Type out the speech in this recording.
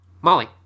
Molly